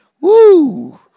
woo